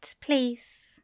please